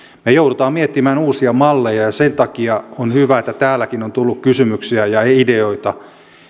me joudumme miettimään uusia malleja ja sen takia on hyvä että täälläkin on tullut kysymyksiä ja ideoita